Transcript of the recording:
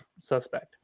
suspect